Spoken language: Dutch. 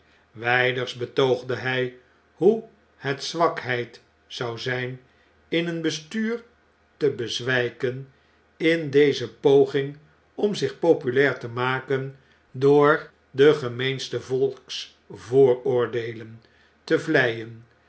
wjjders betoogde hjj hoe het zwakheid zou zjjn in een bestuur te bezwijken in deze poging om zich populair te maken door de gemeenste volksvooroordeelen te vleien